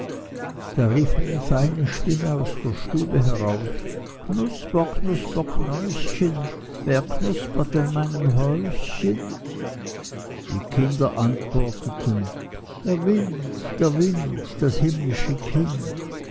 da rief eine feine stimme aus der stube heraus knuper knuper kneischen wer knupert an meinem häuschen die kinder antworteten der wind der wind das himmlische kind